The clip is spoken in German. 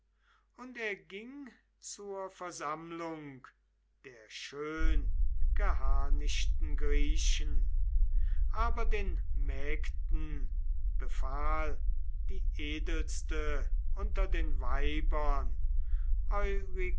und er ging zur versammlung der schöngeharnischten griechen aber den mägden befahl die edelste unter den weibern